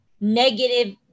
negative